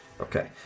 Okay